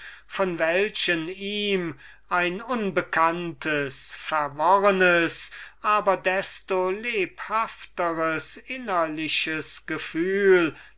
vor welchen ihm ein unbekanntes verworrenes aber desto lebhafteres innerliches gefühl